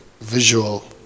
visual